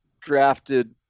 drafted